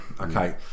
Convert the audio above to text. okay